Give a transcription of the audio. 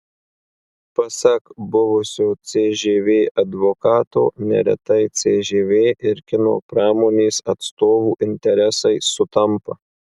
pasak buvusio cžv advokato neretai cžv ir kino pramonės atstovų interesai sutampa